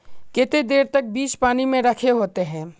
केते देर तक बीज पानी में रखे होते हैं?